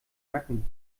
nacken